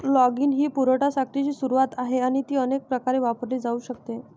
logging ही पुरवठा साखळीची सुरुवात आहे आणि ती अनेक प्रकारे वापरली जाऊ शकते